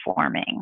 forming